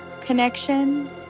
connection